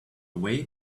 away